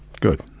Good